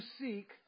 seek